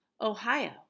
Ohio